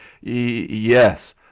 yes